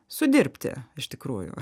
sudirbti iš tikrųjų